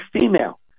female